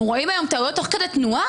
אנחנו רואים היום טעויות תוך כדי תנועה.